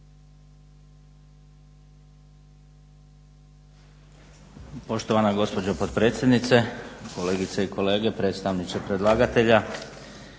Poštovana gospođo potpredsjednice, kolegice i kolege, predstavniče predlagatelja.